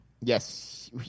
Yes